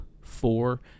four